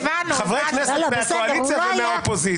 חברי כנסת מהקואליציה ומהאופוזיציה.